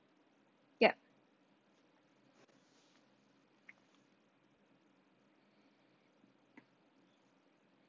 yup